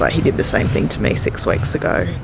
but he did the same thing to me six weeks ago.